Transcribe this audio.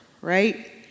right